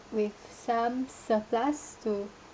with some surplus to